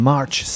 March